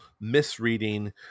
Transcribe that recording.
misreading